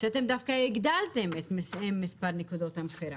שאתם דווקא הגדלתם את מספר נקודות המכירה.